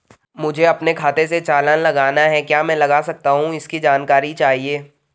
मुझे अपने खाते से चालान लगाना है क्या मैं लगा सकता हूँ इसकी जानकारी चाहिए?